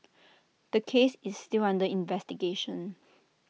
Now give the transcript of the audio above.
the case is still under investigation